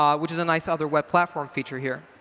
um which is a nice other web platform feature here.